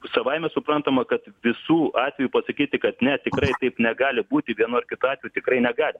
savaime suprantama kad visų atvejų pasakyti kad ne tikrai taip negali būti vienu ar kitu atveju tikrai negali